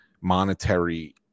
monetary